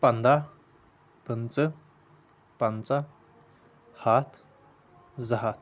پندہ پٕنژٕہ پنژہ ہتھ زٕ ہتھ